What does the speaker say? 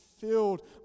filled